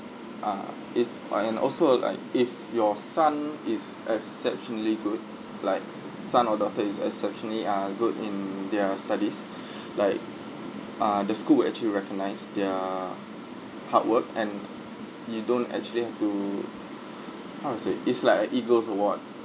ah it's uh and also uh like if your son is exceptionally good like son or daughter is exceptionally ah good in their studies like ah the school will actually recognise their hard work and you don't actually have to how to say it's like a eagles award